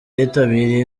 yitabiriye